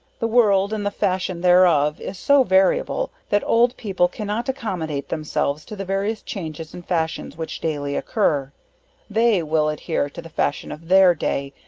the world, and the fashion thereof, is so variable, that old people cannot accommodate themselves to the various changes and fashions which daily occur they will adhere to the fashion of their day,